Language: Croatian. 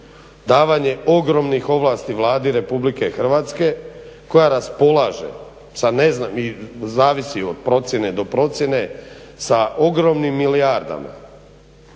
davanje ogromnih ovlasti Vladi RH koja raspolaže sad ne znam zavisi od procjene do procjene sa ogromnim milijardama